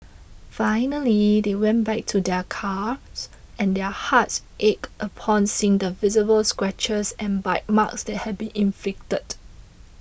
finally they went back to their cars and their hearts ached upon seeing the visible scratches and bite marks that had been inflicted